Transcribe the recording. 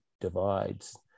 divides